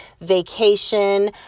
vacation